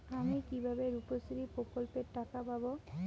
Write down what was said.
আমি কিভাবে রুপশ্রী প্রকল্পের টাকা পাবো?